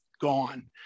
gone